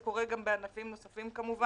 זה קורה גם בענפים נוספים כמובן.